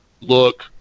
look